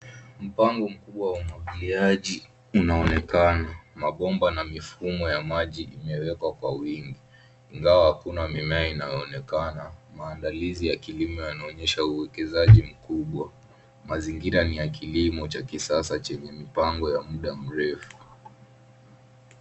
Mpango mkubwa wa umwagiliaji unaonekana. Mabomba na mifumo ya maji imewekwa kwa wingi. Ingawa hakuna mimea inayoonekana, maandalizi ya kilimo yanaonyesha uwekezaji mkubwa. Mazingira ni ya kilimo cha kisasa chenye mipango ya mda mrefu.